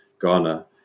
Ghana